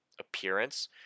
appearance